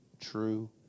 true